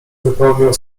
wypełniał